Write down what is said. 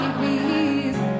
please